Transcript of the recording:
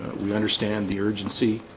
we understand the urgency